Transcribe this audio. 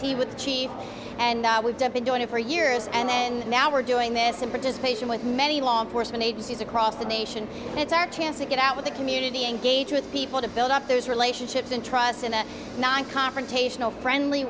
t with the chief and we've been doing it for years and now we're doing this in participation with many law enforcement agencies across the nation it's our chance to get out with the community engage with people to build up those relationships and trust in a non confrontational friendly